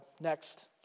Next